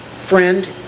Friend